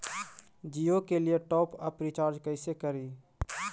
जियो के लिए top up recharge कैसे करी?